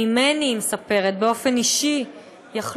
ממני באופן אישי" היא מספרת,